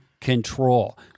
control